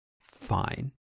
fine